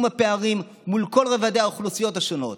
הפערים מול כל רובדי האוכלוסיות השונות,